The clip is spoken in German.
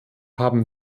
haben